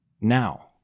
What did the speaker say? Now